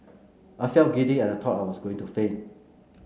I felt giddy and thought I was going to faint